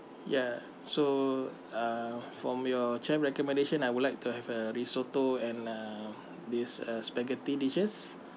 ya so uh from your chef recommendation I would like to have a risotto and uh this uh spaghetti dishes